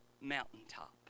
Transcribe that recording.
mountaintop